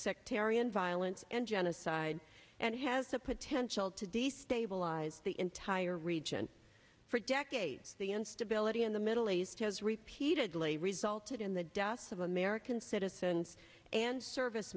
sectarian violence and genocide and has the potential to destabilize the entire region for decades the instability in the middle east has repeatedly resulted in the deaths of american citizens and service